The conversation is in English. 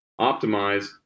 optimize